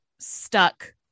stuck